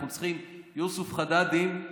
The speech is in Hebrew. אנחנו צריכים יוסף חדאדים.